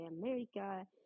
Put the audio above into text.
America